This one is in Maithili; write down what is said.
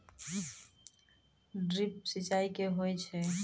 ड्रिप सिंचाई कि होय छै?